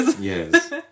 yes